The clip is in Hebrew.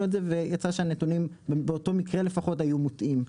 את זה ויצא שהנתונים באותו מקרה לפחות היו מוטעים.